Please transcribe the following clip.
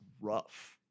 rough